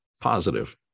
positive